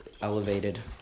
elevated